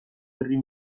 herri